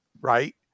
Right